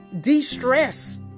De-stress